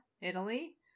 Italy